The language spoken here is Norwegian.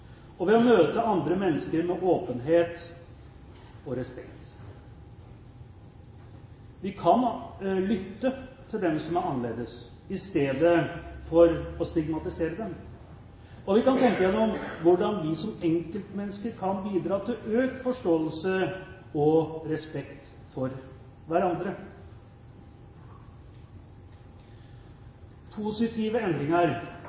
og ved å møte andre mennesker med åpenhet og respekt. Vi kan lytte til dem som er annerledes i stedet for å stigmatisere dem. Og vi kan tenke gjennom hvordan vi som enkeltmennesker kan bidra til økt forståelse og respekt for hverandre. Positive endringer